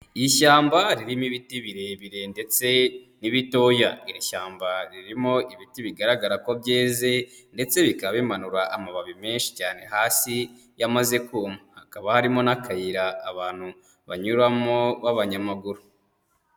Ishyamba ririmo ibiti birebire ndetse n'ibitoya, iri shyamba ririmo ibiti bigaragara ko byeze ndetse bikaba bimanura amababi menshi cyane hasi yamaze kuma, hakaba harimo n'akayira abantu banyuramo b'abanyamaguru.